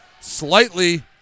slightly